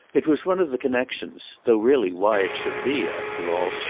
it was one of the connexions though really why it should be, after all,